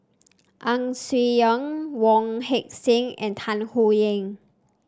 Ang Swee Aun Wong Heck Sing and Tan Howe Liang